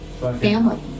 Family